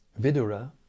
Vidura